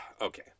okay